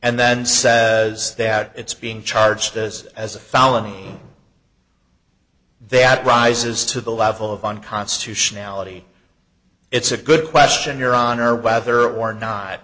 and then says that it's being charged as as a felony that rises to the level of unconstitutionality it's a good question your honor whether or not